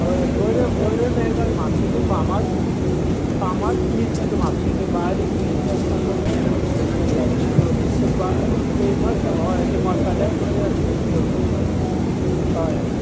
हय हय बऱ्यो बऱ्यो मेळटा म्हापशेच्यो फामाद फामाद मिरच्यो त्यो म्हापशेच्यो बारीक मिरची आसता पळय शेतांतल्यो त्यो त्यो हय त्यो मसाल्याक बऱ्यो आसता त्यो हय